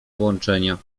włączenia